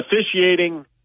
officiating